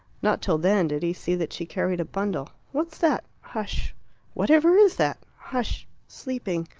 not till then did he see that she carried a bundle. what's that? hush whatever is that? hush sleeping.